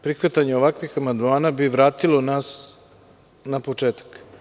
Prihvatanjem ovakvih amandmana bi nas vratilo na početak.